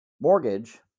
mortgage